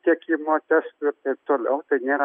tiekimo testų ir taip toliau tai nėra